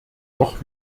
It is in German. doch